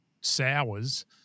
sours